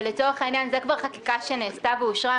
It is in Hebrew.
לצורך העניין, זאת כבר חקיקה שנעשתה ואושרה.